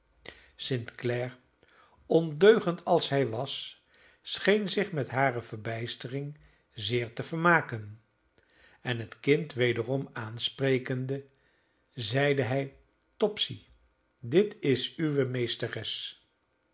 clare ondeugend als hij was scheen zich met hare verbijstering zeer te vermaken en het kind wederom aansprekende zeide hij topsy dit is uwe meesteres